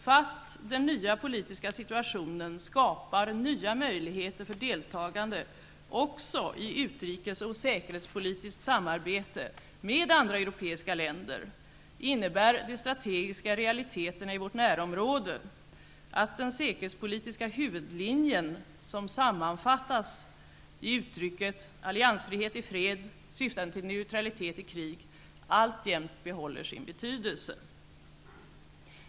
Fast den nya politiska situationen skapar nya möjligheter för deltagande också i utrikes och säkerhetspolitiskt samarbete med andra europeiska länder innebär de strategiska realiteterna i vårt närområde att den säkerhetspolitiska huvudlinjen, som sammanfattas i uttrycket ''alliansfrihet i fred, syftande till neutralitet i krig'', alltjämt behåller sin betydelse.